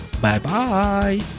Bye-bye